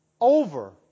over